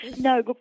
No